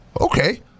okay